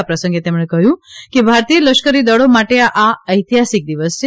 આ પ્રસંગે તેમણે કહ્યું કે ભારતીય લશ્કરીદળો માટે આ ઐતિહાસિક દિવસ છે